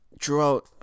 throughout